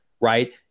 Right